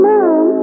Mom